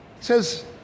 says